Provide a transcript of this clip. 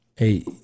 Hey